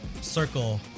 circle